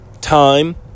Time